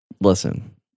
listen